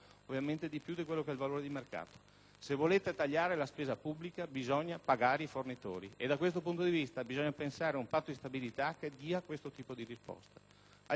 Se volete tagliare la spesa pubblica bisogna pagare i fornitori, bisogna pensare ad un patto di stabilità che dia questo tipo di risposta. Alcune proposte emendative sono state fatte.